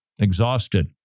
exhausted